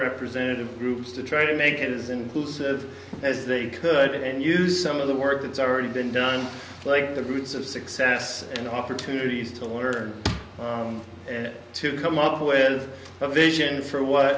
representative groups to try to make it is inclusive as they could and use some of the work that's already been done like the fruits of success and opportunities to learn and to come up with a vision for what